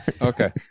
Okay